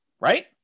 Right